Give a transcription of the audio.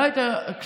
כלום.